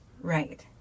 Right